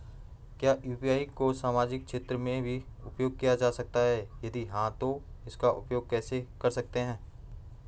क्या यु.पी.आई को सामाजिक क्षेत्र में भी उपयोग किया जा सकता है यदि हाँ तो इसका उपयोग कैसे कर सकते हैं?